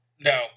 No